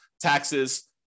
taxes